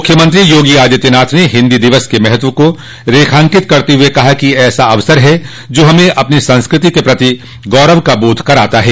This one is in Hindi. मुख्यमंत्री योगी आदित्यनाथ ने हिन्दी दिवस के महत्व को रेखांकित करते हुए कहा कि यह ऐसा अवसर है जो हमें अपनी संस्कृति के प्रति गौरव का बोध कराता है